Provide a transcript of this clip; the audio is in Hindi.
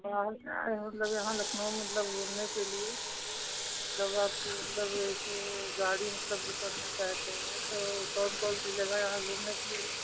यहाँ आए मतलब यहाँ लखनऊ मतलब घूमने के लिए दव आपकी मतलब ऐसे गाड़ी मतलब बुक करना कहते हैं तो कौन कौन सी जगह है यहाँ घूमने के लिए